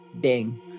Bing